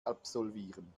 absolvieren